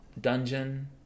Dungeon